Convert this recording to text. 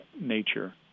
nature